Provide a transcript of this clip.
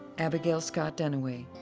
abigail scott duniway,